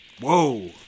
Whoa